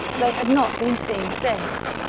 they had not been seen since.